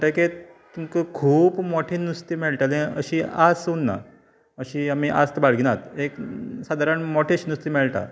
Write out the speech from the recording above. म्हणटकीत तुमकां खूब मोठे नुस्तें मेळटले अशी आस उरना अशी आमी आस्त बाळगिनात एक सादारण मोठेशे नुस्तें मेळटा